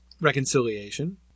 reconciliation